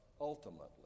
ultimately